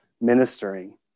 ministering